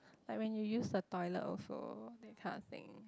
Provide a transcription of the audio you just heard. like when you use the toilet also that kind of thing